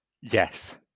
Yes